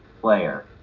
player